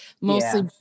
mostly